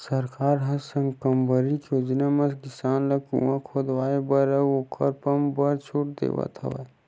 सरकार ह साकम्बरी योजना म किसान ल कुँआ खोदवाए बर अउ ओखर पंप बर छूट देवथ हवय